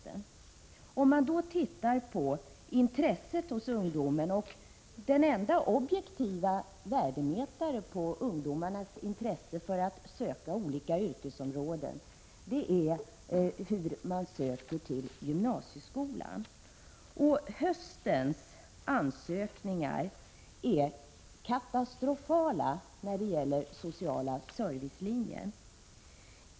Låt oss då titta på intresset hos ungdomen. Den enda objektiva värdemätaren på ungdomars intresse för att söka olika yrkesområden är hur de söker till gymnasieskolan. Höstens ansökningar är katastrofala när det gäller den sociala servicelinjen.